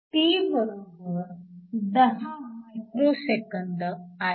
τ 10 microsecond आहे